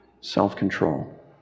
self-control